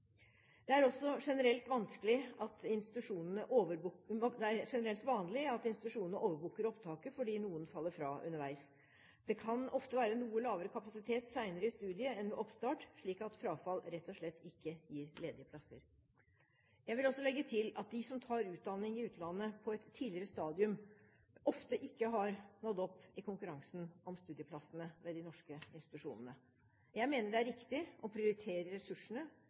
Det er også generelt vanlig at institusjonene «overbooker» opptaket fordi noen faller fra underveis. Det kan ofte være noe lavere kapasitet senere i studiet enn ved oppstart, slik at frafall rett og slett ikke gir ledige plasser. Jeg vil også legge til at de som tar utdanning i utlandet på et tidligere stadium, ofte ikke har nådd opp i konkurransen om studieplassene ved de norske institusjonene. Jeg mener det er riktig å prioritere ressursene